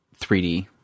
3D